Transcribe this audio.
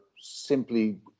simply